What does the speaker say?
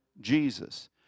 Jesus